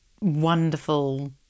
wonderful